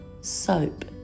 SOAP